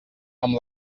amb